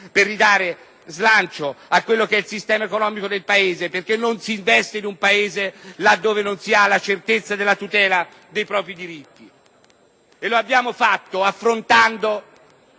per ridare slancio al sistema economico del Paese. Infatti non si investe in un Paese laddove non si ha la certezza della tutela dei propri diritti. Abbiamo agito affrontando